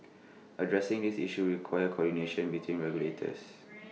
addressing these issues requires coordination between regulators